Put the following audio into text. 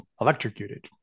electrocuted